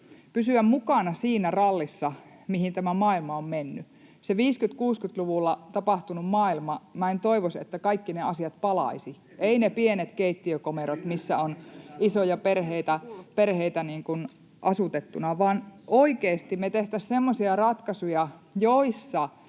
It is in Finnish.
pysyä mukana siinä rallissa, mihin tämä maailma on mennyt. Se 50—60-luvuilla tapahtunut maailma — minä en toivoisi, että kaikki ne asiat palaisivat, [Ben Zyskowicz: En minäkään!] eivät ne pienet keittiökomerot, missä on isoja perheitä asutettuina, vaan oikeasti me tehtäisiin semmoisia ratkaisuja, joissa